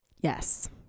Yes